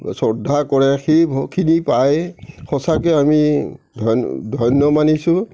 শ্ৰদ্ধা কৰে সেইখিনি পাই সঁচাকৈ আমি ধন্য ধন্য মানিছোঁ